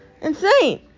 Insane